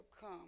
come